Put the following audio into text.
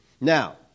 Now